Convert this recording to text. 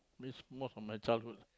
miss most of my childhood